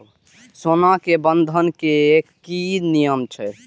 सोना के बंधन के कि नियम छै?